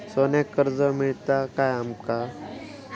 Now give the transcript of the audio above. सोन्याक कर्ज मिळात काय आमका?